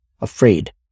Afraid